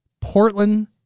Portland